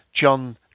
John